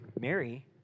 Mary